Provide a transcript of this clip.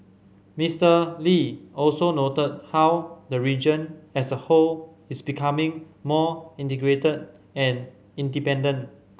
Mister Lee also noted how the region as a whole is becoming more integrated and interdependent